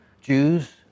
Jews